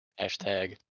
Hashtag